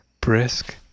brisk